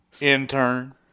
intern